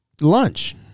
lunch